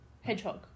hedgehog